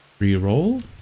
Reroll